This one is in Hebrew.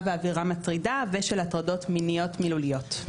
ואווירה מטרידה ושל הטרדות מיניות מילוליות.